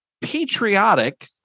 patriotic